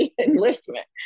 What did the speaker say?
enlistment